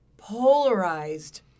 polarized